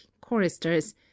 choristers